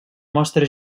mostra